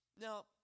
Now